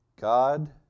God